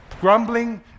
Grumbling